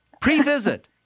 pre-visit